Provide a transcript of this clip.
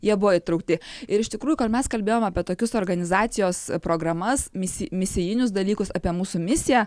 jie buvo įtraukti ir iš tikrųjų kol mes kalbėjom apie tokius organizacijos programas mis misijinius dalykus apie mūsų misiją